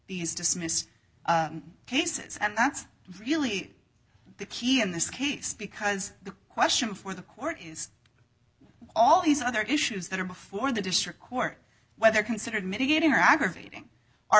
these dismissed cases and that's really the key in this case because the question for the court is all these other issues that are before the district court whether considered mitigating or aggravating are